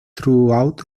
throughout